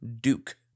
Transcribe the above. duke